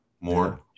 more